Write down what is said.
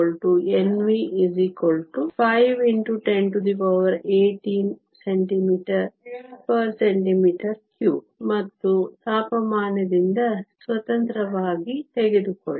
Nc Nv 5 x 1018 cm 3 ಮತ್ತು ತಾಪಮಾನದಿಂದ ಸ್ವತಂತ್ರವಾಗಿ ತೆಗೆದುಕೊಳ್ಳಿ